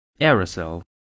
aerosol